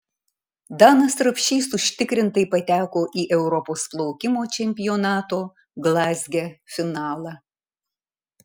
danas rapšys užtikrintai pateko į europos plaukimo čempionato glazge finalą